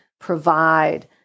provide